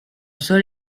seul